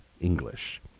English